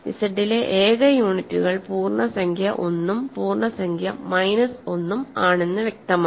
Z ലെ ഏക യൂണിറ്റുകൾ പൂർണ്ണസംഖ്യ 1 ഉം പൂർണ്ണസംഖ്യ മൈനസ് 1 ഉം ആണെന്ന് വ്യക്തമാണ്